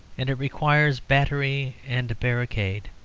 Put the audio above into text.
and it requires battery and barricade,